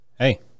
Hey